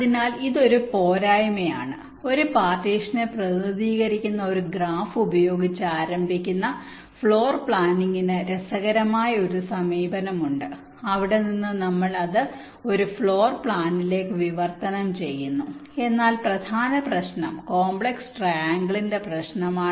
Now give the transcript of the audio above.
അതിനാൽ ഇത് ഒരു പോരായ്മയാണ് ഒരു പാർട്ടീഷനെ പ്രതിനിധീകരിക്കുന്ന ഒരു ഗ്രാഫ് ഉപയോഗിച്ച് ആരംഭിക്കുന്ന ഫ്ലോർ പ്ലാനിംഗിന് രസകരമായ ഒരു സമീപനമുണ്ട് അവിടെ നിന്ന് നമ്മൾ അത് ഒരു ഫ്ലോർ പ്ലാനിലേക്ക് വിവർത്തനം ചെയ്യുന്നു എന്നാൽ പ്രധാന പ്രശ്നം കോംപ്ലക്സ് ട്രൈആംഗിളിന്റെ പ്രശ്നമാണ്